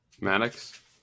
Maddox